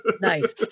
nice